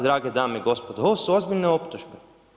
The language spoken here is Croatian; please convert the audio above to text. Drage dame i gospodo, ono su ozbiljne optužbe.